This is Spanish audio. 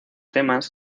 temas